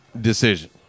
decision